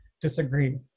disagree